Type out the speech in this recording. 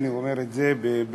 אני אומר את זה בכנות: